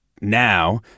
now